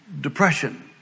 depression